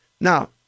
Now